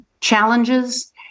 challenges